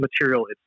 material